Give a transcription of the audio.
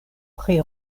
pri